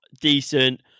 decent